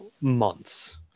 months